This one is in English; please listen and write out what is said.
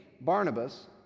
Barnabas